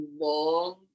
long